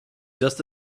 just